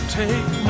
take